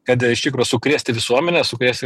kad iš tikro sukrėsti visuomenę sukrėsti